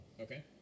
Okay